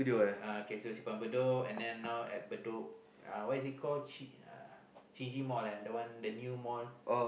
uh okay so she from Simpang Bedok and then now at Bedok uh what is it called Qiji mall eh the new mall